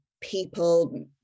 people